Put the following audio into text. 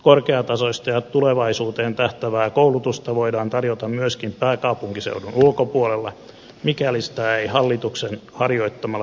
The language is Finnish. korkeatasoista ja tulevaisuuteen tähtäävää koulutusta voidaan tarjota myöskin pääkaupunkiseudun ulkopuolella mikäli sitä ei hallituksen harjoittamalla tukipolitiikalla estetä